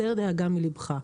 הסר דאגה מלבך.